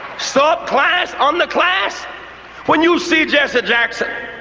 sub-class, under-class. when you see jesse jackson,